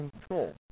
control